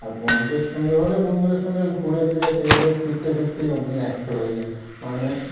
আর বন্ধুদের সঙ্গে হলে বন্ধুদের সঙ্গে ঘুরে ফিরে খেয়ে দেয়ে ফিরতে ফিরতেই ওমনি একটা হয়ে যায় মানে